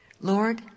Lord